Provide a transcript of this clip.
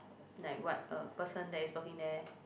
like what a person that is working there